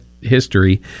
history